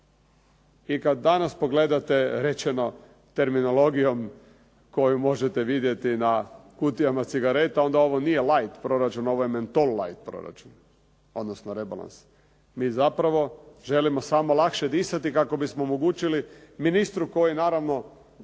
I kada danas pogledate rečeno terminologijom koju možete vidjeti na kutijama cigareta, onda ovo nije light proračunu, ovo je mento light proračun, odnosno rebalans. Mi zapravo želimo samo lakše disati kako bismo omogućili ministru koji naravno je